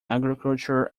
agriculture